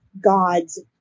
God's